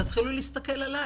תתחילו להסתכל עלי.